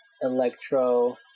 Electro